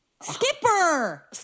Skipper